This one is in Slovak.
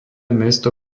mesto